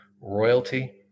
royalty